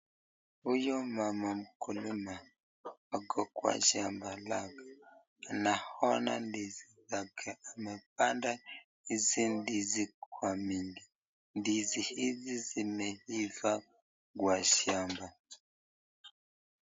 Huyu mama mkulima ako kwa shamba lake, naona ndizi zake amepanda hizo ndizi kwa mingi. Ndizi hizi zimeiva kwa shamba.